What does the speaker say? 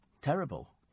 Terrible